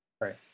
Right